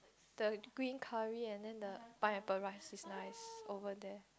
the green curry and then the pineapple rice is nice over there